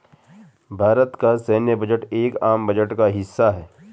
भारत का सैन्य बजट एक आम बजट का हिस्सा है